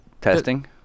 testing